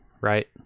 right